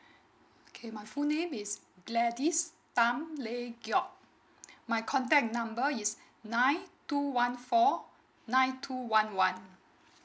okay my full name is gladys tam ley geok my contact number is nine two one four nine two one one